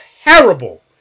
terrible